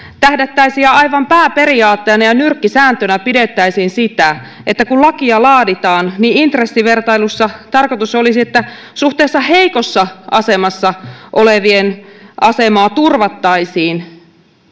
tähdättäisiin ja aivan pääperiaatteena ja nyrkkisääntönä pidettäisiin sitä että kun lakia laaditaan niin intressivertailussa tarkoitus olisi että suhteessa heikossa asemassa olevien asemaa turvattaisiin